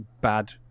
bad